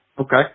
Okay